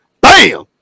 Bam